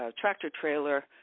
tractor-trailer